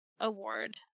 award